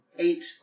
Eight